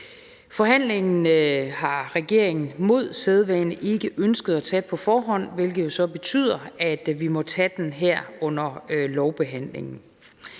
Forhandlingen har regeringen mod sædvane ikke ønsket at tage på forhånd, hvilket jo så betyder, at vi må tage den her under lovbehandlingen.